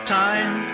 time